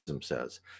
says